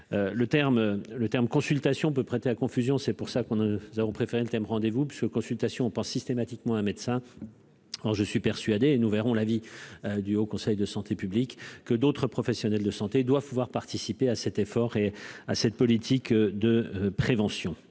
le terme consultation peut prêter à confusion, c'est pour ça qu'on ne nous avons préféré le thème rendez-vous puisque consultation pas systématiquement un médecin. Alors, je suis persuadé, et nous verrons l'avis du Haut Conseil de santé publique que d'autres professionnels de santé doivent pouvoir participer à cet effort et à cette politique de prévention